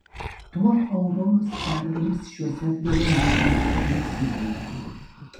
tuo auroros pergalės šiuose apdovanojimuose nesibaigė